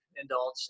indulge